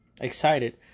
excited